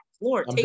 Lord